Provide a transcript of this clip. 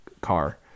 car